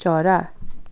चरा